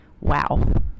wow